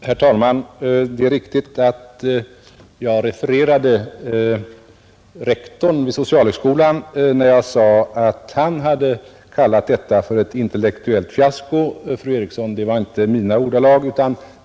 Herr talman! Det är riktigt att jag refererade rektorn vid socialhögskolan när jag sade att han kallat detta för intellektuellt fiasko. Det var, fru Eriksson, inte mina ordalag.